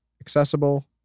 accessible